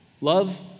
Love